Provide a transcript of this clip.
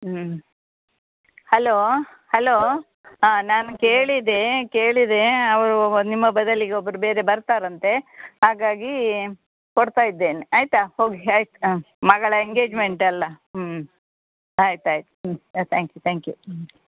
ಹ್ಞೂ hello hello ಹಾಂ ನಾನು ಕೇಳಿದೆ ಕೇಳಿದೆ ಅವರು ನಿಮ್ಮ ಬದಲಿಗೆ ಒಬ್ರು ಬೇರೆ ಬರ್ತಾರಂತೆ ಹಾಗಾಗೀ ಕೊಡ್ತಾ ಇದ್ದೇನೆ ಆಯ್ತಾ ಹೋಗಿ ಆಯ್ತು ಹಾಂ ಮಗಳ ಎಂಗೇಜ್ಮೆಂಟಲ್ಲ ಹ್ಞೂ ಆಯ್ತ್ ಆಯ್ತು ಹ್ಞೂ ತ್ಯಾಂಕ್ ಯು ತ್ಯಾಂಕ್ ಯು